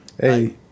Hey